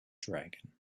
dragon